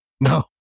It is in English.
No